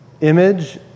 image